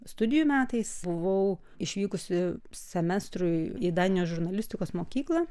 studijų metais buvau išvykusi semestrui į danijos žurnalistikos mokyklą